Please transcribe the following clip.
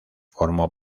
formó